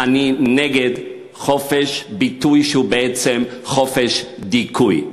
אני נגד חופש ביטוי שהוא בעצם חופש דיכוי.